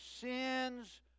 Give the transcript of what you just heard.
sins